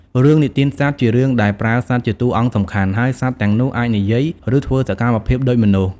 រឿងនិទានសត្វ ជារឿងដែលប្រើសត្វជាតួអង្គសំខាន់ ហើយសត្វទាំងនោះអាចនិយាយ ឬធ្វើសកម្មភាពដូចមនុស្ស ។